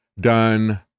done